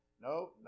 No